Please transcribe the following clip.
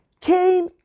came